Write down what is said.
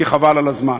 כי חבל על הזמן.